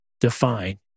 define